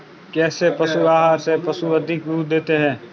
कौनसे पशु आहार से पशु अधिक दूध देते हैं?